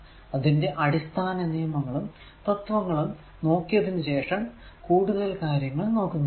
അതിന്റെ അടിസ്ഥാന നിയമങ്ങളും തത്വങ്ങളും നോക്കിയതിനു ശേഷം കൂടുതൽ കാര്യങ്ങൾ നോക്കുന്നതാണ്